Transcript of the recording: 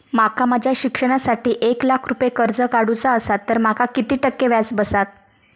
माका माझ्या शिक्षणासाठी एक लाख रुपये कर्ज काढू चा असा तर माका किती टक्के व्याज बसात?